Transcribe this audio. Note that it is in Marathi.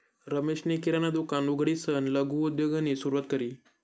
रमेशनी किराणा दुकान उघडीसन लघु उद्योगनी सुरुवात करी